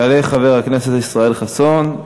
יעלה חבר הכנסת ישראל חסון,